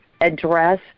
address